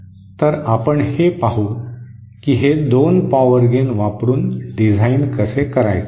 तर आपण हे पाहू की हे 2 पॉवर गेन वापरून डिझाईन कसे करायचे